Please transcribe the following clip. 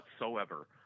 whatsoever